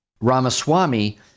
Ramaswamy